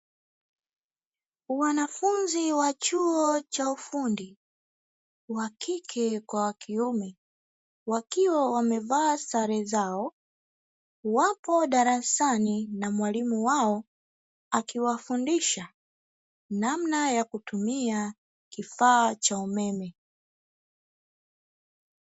Wanafunzi wa chuo cha ufundi wakike, kwa wa kiume, wakiwa wamevaa sare zao, wapo darasani na mwalimu wao akiwafundisha namna ya kutumia kifaa cha umeme.